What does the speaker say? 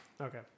Okay